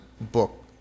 book